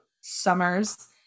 summers